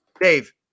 Dave